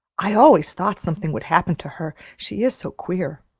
i always thought something would happen to her, she is so queer.